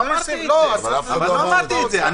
לא אמרתי את זה.